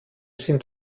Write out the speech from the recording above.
sind